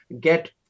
get